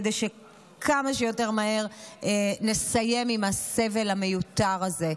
כדי שכמה שיותר מהר נסיים עם הסבל המיותר הזה.